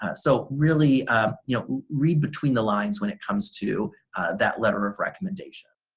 ah so really you know read between the lines when it comes to that letter of recommendation.